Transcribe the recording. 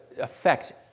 affect